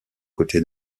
côté